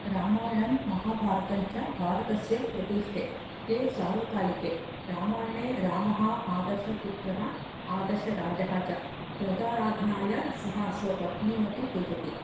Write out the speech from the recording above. रामायणं महाभारतञ्च भारतस्य प्रतिष्ठे ते सार्वकालिके रामायणे रामः आदर्शपुत्रः आदर्शराजः च प्रजाराधनाय सः स्वपत्नीमपि त्यजति